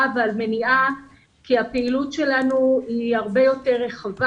ועל מניעה כי הפעילות שלנו היא הרבה יותר רחבה.